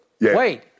wait